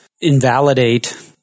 invalidate